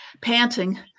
Panting